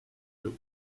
your